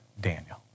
Daniel